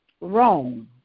wrong